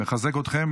מחזק אתכם.